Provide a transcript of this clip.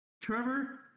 Trevor